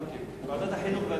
חינוך.